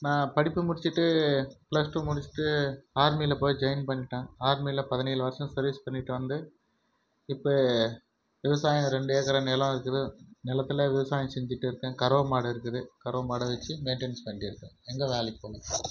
நான் படிப்பை முடிச்சிவிட்டு ப்ளஸ் டூ முடிச்சிட்டு ஆர்மியில போய் ஜாய்ன் பண்ணிடேன் ஆர்மியில பதினேழு வருஷம் சர்வீஸ் பண்ணிவிட்டு வந்து இப்போ விவசாயம் ரெண்டு ஏக்கர் நிலம் இருக்குது நிலத்துல விவசாயம் செஞ்சிகிட்டு இருக்கேன் கறவை மாடு இருக்குது கறவை மாடை வச்சி மெய்ன்டென்ஸ் பண்ணிட்டி இருக்கேன் எங்கே வேலைக்கு போகறது